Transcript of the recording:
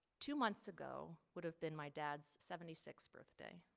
two months ago would have been my dad's seventy six birthday.